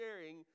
sharing